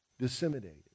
disseminated